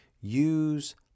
Use